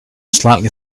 slightly